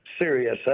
serious